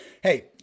hey